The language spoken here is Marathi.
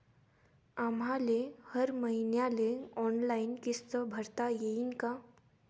आम्हाले हर मईन्याले ऑनलाईन किस्त भरता येईन का?